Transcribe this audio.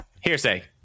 Hearsay